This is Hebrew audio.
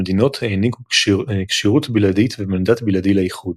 המדינות העניקו כשירות בלעדית ומנדט בלעדי לאיחוד.